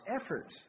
efforts